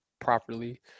properly